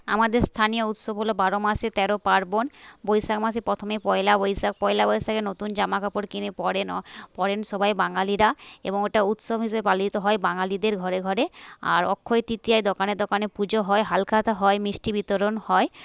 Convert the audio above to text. আমাদের স্থানীয় উৎসব হল বারো মাসে তেরো পার্বণ বৈশাখ মাসে প্রথমে পয়লা বৈশাখ পয়লা বৈশাখে নতুন জামাকাপড় কিনে পরেন পরেন সবাই বাঙালিরা এবং এটা উৎসব হিসাবে পালিত হয় বাঙালিদের ঘরে ঘরে আর অক্ষয় তৃতীয়ায় দোকানে দোকানে পুজো হয় হালখাতা হয় মিষ্টি বিতরণ হয়